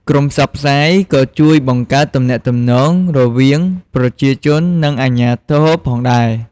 ក្រុមផ្សព្វផ្សាយក៏ជួយបង្កើតទំនាក់ទំនង រវាងប្រជាជននិងអាជ្ញាធរផងដែរ។